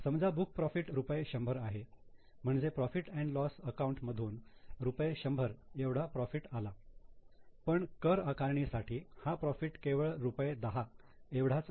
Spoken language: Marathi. समजा बुक प्रॉफिट रुपये 100 आहे म्हणजे profit and loss account profit loss account मधून रुपये 100 एवढा प्रॉफिट आला पण कर आकारणी साठी हा प्रॉफिट केवळ रुपये 10 एवढाच आहे